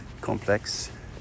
complex